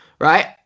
Right